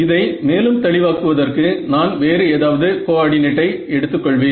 இதை மேலும் தெளிவாக்குவதற்கு நான் வேறு ஏதாவது கோஆர்டினேட்டை எடுத்துக்கொள்வேன்